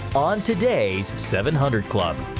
on today's seven hundred club.